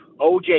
OJ